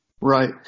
Right